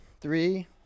three